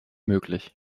möglich